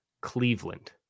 Cleveland